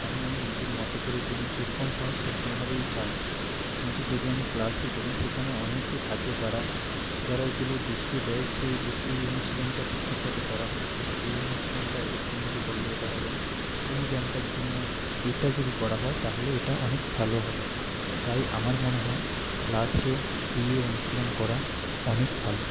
কারণ আমি নিজের মতো করে করি যেরকম হয় সেরকমভাবেই হয় কিন্তু যদি আমি ক্লাসে করি সেখানে অনেকে থাকে যারা যারা এগুলো দেখিয়ে দেয় যে এই অনুশীলনটা ঠিকঠাকভাবে করা হচ্ছে এই অনুশীলনটা এরকমভাবে করলে এটা হবে এই ব্যায়ামটার জন্য এটা যদি করা হয় তাহলে এটা অনেক ভালো হবে তাই আমার মনে হয় ক্লাসে গিয়ে অনুশীলন করা অনেক ভালো